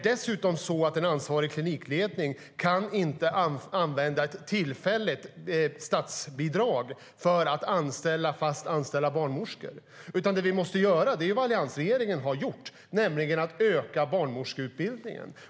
Dessutom kan inte en ansvarig klinikledning använda ett tillfälligt statsbidrag till att fastanställa barnmorskor. Vi måste i stället göra det alliansregeringen har gjort, nämligen öka barnmorskeutbildningen.